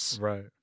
Right